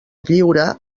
lliure